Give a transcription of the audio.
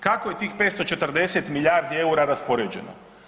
Kako je tih 540 milijardi eura raspoređeno?